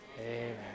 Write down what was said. Amen